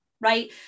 right